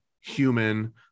human